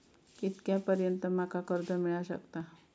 कितक्या पर्यंत माका कर्ज मिला शकता?